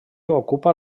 ocupa